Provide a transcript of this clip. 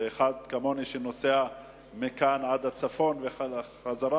ואחד כמוני שנוסע מכאן ועד הצפון ובחזרה,